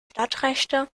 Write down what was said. stadtrechte